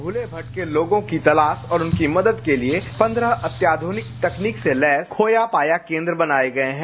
भूले भटके लोगों की तलाश और उनकी मदद के लिए पंद्रह अत्याधुनिक तकनीक से लैस खोया पाया केंद्र बनाये गये हैं